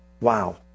Wow